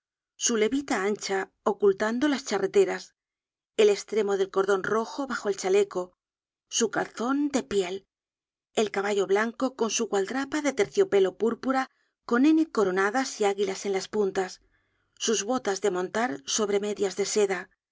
su levita ancha ocultando las charreteras el estremo del cordon rojo bajo el chaleco su calzon de piel el caballo blanco con su gualdrapa de terciopelo púrpura con n coronadas y águilas en las puntas sus botas de montar sobre medias de seda